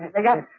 again.